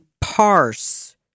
parse